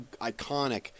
iconic